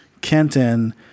Kenton